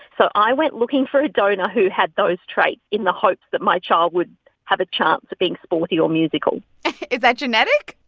so i went looking for a donor who had those traits in the hopes that my child would have a chance of being sporty or musical is that genetic?